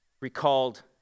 recalled